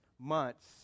months